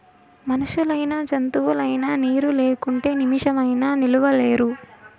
మనుషులైనా జంతువులైనా నీరు లేకుంటే నిమిసమైనా నిలువలేరు